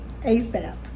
ASAP